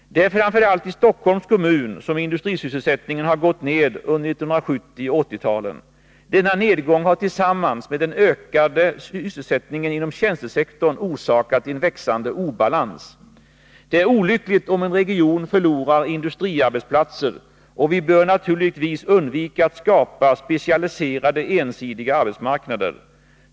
Det är framför allt i Stockholms kommun som industrisysselsättningen har gått ned under 1970 och 1980-talen. Denna nedgång har tillsammans med den ökade sysselsättningen inom tjänstesektorn orsakat en växande obalans. Det är olyckligt om en region förlorar industriarbetsplatser, och vi bör naturligtvis undvika att skapa ”specialiserade”, ensidiga arbetsmarknader.